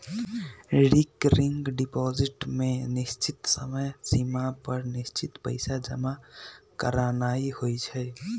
recurring deposit में निश्चित समय सिमा पर निश्चित पइसा जमा करानाइ होइ छइ